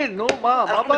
הגליל, נו, מה הבעיה.